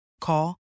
Call